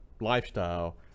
lifestyle